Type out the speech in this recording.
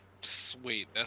Sweet